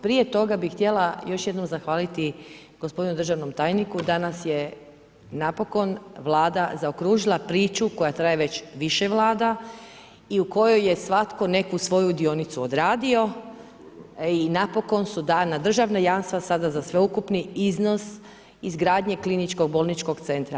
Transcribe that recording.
Prije toga bi htjela još jednom zahvaliti gospodinu državom tajniku, danas je napokon vlada zaokružila priču koja traje već više vlada i u kojoj je svatko neku svoju dionicu odradio i napokon su dana državna jamstva sada za sveukupni iznos izgradnje kliničkog bolničkog centra.